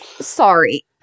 sorry